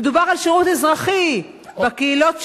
מדובר על שירות אזרחי בקהילות שלכם.